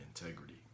integrity